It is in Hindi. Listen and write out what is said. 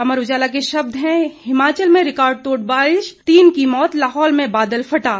अमर उजाला के शब्द हैं हिमाचल में रिकार्ड तोड़ बारिश तीन की मौत लाहौल में बादल फटा